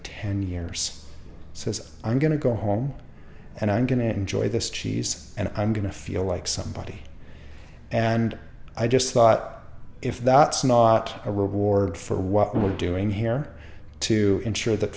ten years says i i'm going to go home and i'm going to enjoy this cheese and i'm going to feel like somebody and i just thought if that's not a reward for what will do i'm here to ensure th